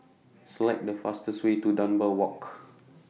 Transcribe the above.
Select The fastest Way to Dunbar Walk